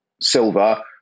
silver